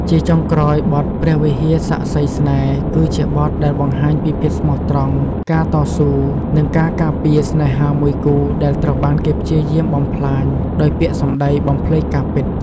ជាចុងក្រោយ បទ ព្រះវិហារសាក្សីស្នេហ៍ គឺជាបទដែលបង្ហាញពីភាពស្មោះត្រង់ ការតស៊ូ និងការការពារស្នេហាមួយគូដែលត្រូវបានគេព្យាយាមបំផ្លាញដោយពាក្យសម្ដីបំភ្លៃការពិត។